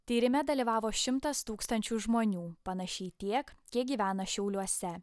tyrime dalyvavo šimtas tūkstančių žmonių panašiai tiek kiek gyvena šiauliuose